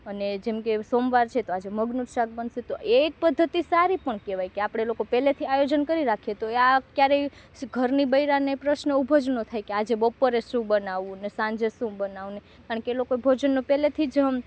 અને જેમકે સોમવાર છે તો આજે મગનું જ શાક બનશે તો એ એક પદ્ધતિ સારી પણ કેવી કે આપણે લોકો પહેલાથી જ આયોજન કરી રાખીએ તો આ ક્યારેય ઘરના બૈરાને પ્રશ્ન ઊભો જ ન થાય કે આજે બપોરે શું બનાવવુંને સાંજે શું બનાવવુંને એ લોકો એ ભોજનનું પહેલેથી જ